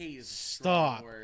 stop